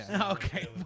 Okay